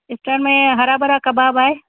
स्तर में हरा भरा कबाब आहे